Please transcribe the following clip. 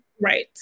Right